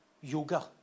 yoga